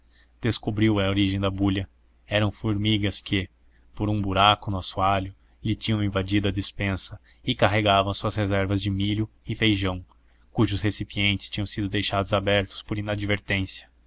descobriu a origem da bulha eram formigas que por um buraco no assoalho lhe tinham invadido a despensa e carregavam as suas reservas de milho e feijão cujos recipientes tinham sido deixados abertos por